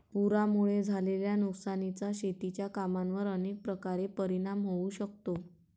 पुरामुळे झालेल्या नुकसानीचा शेतीच्या कामांवर अनेक प्रकारे परिणाम होऊ शकतो